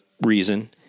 reason